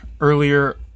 earlier